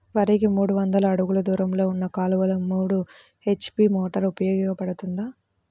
వరికి మూడు వందల అడుగులు దూరంలో ఉన్న కాలువలో మూడు హెచ్.పీ మోటార్ ఉపయోగపడుతుందా?